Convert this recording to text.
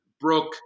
Brooke